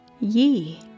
Ye